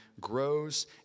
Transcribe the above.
grows